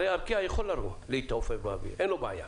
הרי ארקיע יכולה להתעופף באוויר, אין לה בעיה,